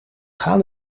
gaan